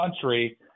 country